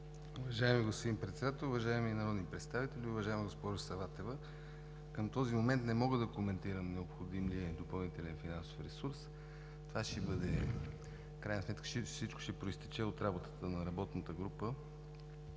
Уважаеми господин Председател, уважаеми народни представители! Уважаема госпожо Саватева, към този момент не мога да коментирам необходимия допълнителен финансов ресурс. В крайна сметка всичко ще произтече от работата на работната група